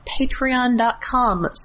Patreon.com